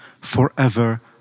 forever